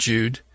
Jude